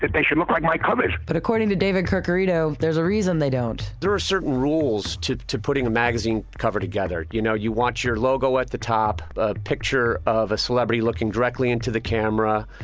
but they should look like my covers! but according to david curcurito, there's a reason they don't. there are certain rules to to putting a magazine cover together. you know you want your logo at the top, a picture of a celebrity looking directly into the camera.